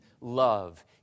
love